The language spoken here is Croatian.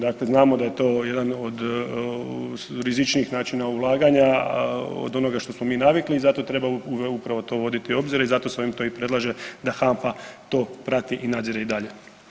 Dakle, znamo da je to jedan od rizičnijih načina ulaganja od onoga što smo mi navikli i zato treba upravo to voditi obzira i zato se to s ovim i predlaže da HANFA to prati i nadzire i dalje.